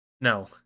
No